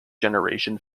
generation